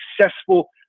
successful